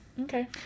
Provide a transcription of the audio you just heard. Okay